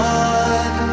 one